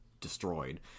destroyed